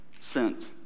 sent